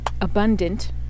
abundant